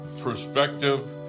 perspective